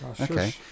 Okay